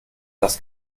dass